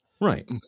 Right